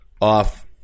off